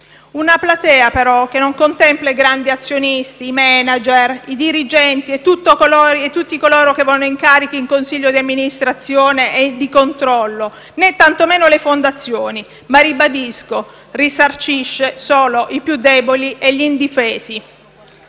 Una platea, però, che non contempla i grandi azionisti, i *manager*, i dirigenti e tutti coloro che avevano incarichi in consigli di amministrazione e di controllo, né tantomeno le fondazioni. Ma - ribadisco - il rimborso risarcisce solo i più deboli e gli indifesi.